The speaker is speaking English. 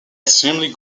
extremely